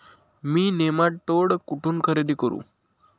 मी nematode कुठून खरेदी करू?